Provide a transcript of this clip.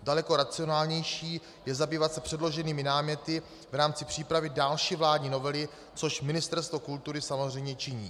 Daleko racionálnější je zabývat se předloženými náměty v rámci přípravy další vládní novely, což Ministerstvo kultury samozřejmě činí.